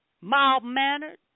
mild-mannered